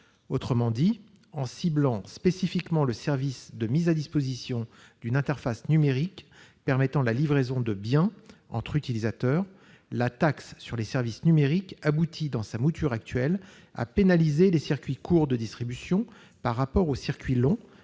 termes, en ciblant spécifiquement le service de mise à disposition d'une interface numérique permettant la livraison de biens entre utilisateurs, la taxe sur les services numériques, dans sa mouture actuelle, aboutit à pénaliser les circuits courts de distribution par rapport aux circuits longs,